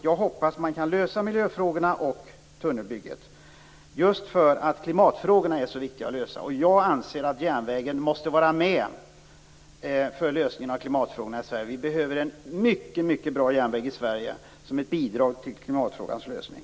Jag hoppas att man kan lösa miljöfrågorna och tunnelbygget, därför att klimatfrågan är så viktig att lösa. Jag anser att järnvägen måste vara med vid en lösning av klimatfrågan i Sverige. Vi behöver en mycket bra järnväg i Sverige som ett bidrag till klimatfrågans lösning.